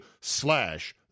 slash